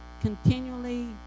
continually